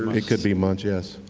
it could be months, yes.